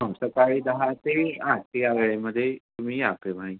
आम सकाळी दहा ते आठ ते या वेळेमध्ये तुम्ही या केव्हाही